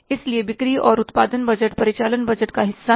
इसलिए बिक्री और उत्पादन बजट परिचालन बजट का हिस्सा हैं